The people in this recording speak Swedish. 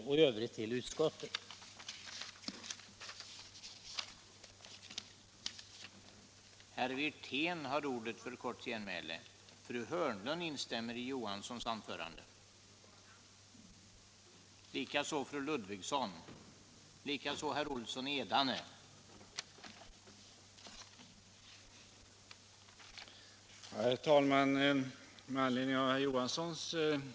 I övrigt yrkar jag bifall till utskottets hemställan.